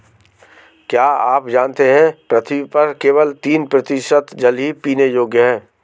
क्या आप जानते है पृथ्वी पर केवल तीन प्रतिशत जल ही पीने योग्य है?